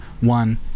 one